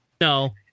no